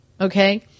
Okay